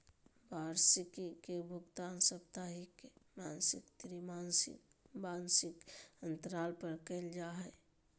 वार्षिकी के भुगतान साप्ताहिक, मासिक, त्रिमासिक, वार्षिक अन्तराल पर कइल जा हइ